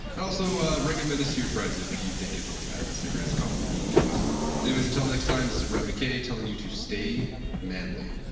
and also ah recommend us to your friends if you think it's worth that. that's the greatest compliment you can give us anyways, until next time. this is brett mckay telling you to stay manly